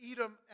Edom